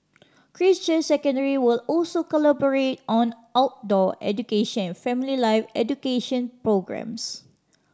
Christ Church Secondary will also collaborate on outdoor education and family life education programmes